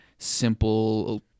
simple